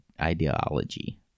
ideology